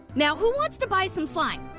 now who wants to buy some slime?